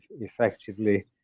effectively